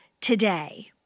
today